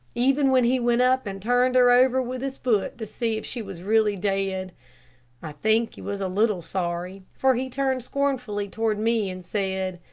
even when he went up and turned her over with his foot to see if she was really dead. i think he was a little sorry, for he turned scornfully toward me and said,